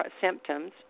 symptoms